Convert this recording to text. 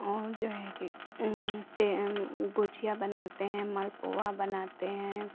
और जो है कि से हम गुजिया बनाते हैं मालपुआ बनाते हैं